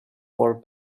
for